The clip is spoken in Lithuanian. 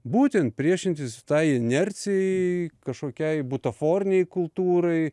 būtent priešintis tai inercijai kažkokiai butaforiniai kultūrai